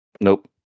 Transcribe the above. Nope